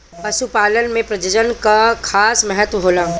पशुपालन में प्रजनन कअ खास महत्व होला